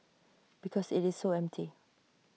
because IT is so empty